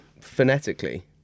phonetically